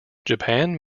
japan